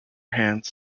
hands